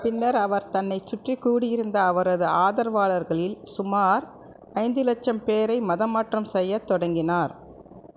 பின்னர் அவர் தன்னைச் சுற்றி கூடியிருந்த அவரது ஆதரவாளர்களில் சுமார் ஐந்து லட்சம் பேரை மதமாற்றம் செய்யத் தொடங்கினார்